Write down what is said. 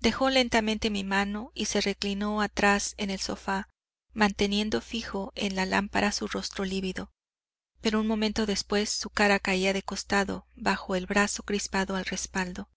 dejó lentamente mi mano y se reclinó atrás en el sofá manteniendo fijo en la lámpara su rostro lívido pero un momento después su cara caía de costado bajo el brazo crispado al respaldo